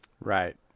Right